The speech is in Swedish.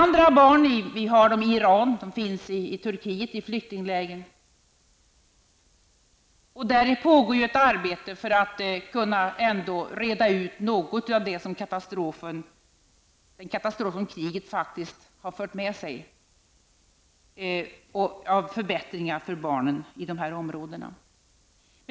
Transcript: När det gäller barnen i flyktinglägren i Iran och Turkiet pågår ju ett arbete för att reda ut något av den katastrof som kriget har fört med sig -- och förbättrat situationen för barnen i dessa områden.